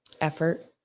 Effort